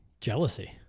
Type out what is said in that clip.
Jealousy